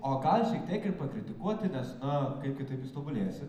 o gal šiek tiek ir pakritikuoti nes na kaip kitaip jūs tobulėsit